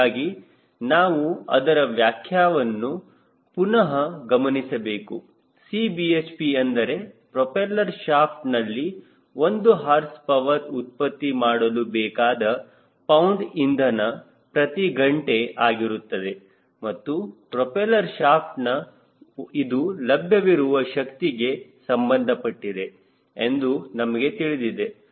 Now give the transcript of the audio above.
ಹೀಗಾಗಿ ನಾವು ಅದರ ವಾಕ್ಯವನ್ನು ಪುನಹ ಗಮನಿಸಬೇಕು Cbhp ಅಂದರೆ ಪ್ರೋಪೆಲ್ಲರ್ ಶಾಫ್ಟ್ ನಲ್ಲಿ ಒಂದು ಹಾರ್ಸ್ ಪವರ್ ಉತ್ಪತ್ತಿ ಮಾಡಲು ಬೇಕಾದ ಪೌಂಡ್ ಇಂಧನ ಪ್ರತಿ ಗಂಟೆ ಆಗಿರುತ್ತದೆ ಮತ್ತು ಪ್ರೋಪೆಲ್ಲರ್ ಶಾಫ್ಟ್ನ ಇದು ಲಭ್ಯವಿರುವ ಶಕ್ತಿಗೆ ಸಂಬಂಧಪಟ್ಟಿದೆ ಎಂದು ನಮಗೆ ತಿಳಿದಿದೆ